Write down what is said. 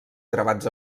gravats